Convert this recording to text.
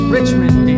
Richmond